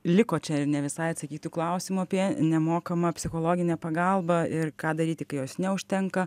liko čia ir ne visai atsakytų klausimų apie nemokamą psichologinę pagalbą ir ką daryti kai jos neužtenka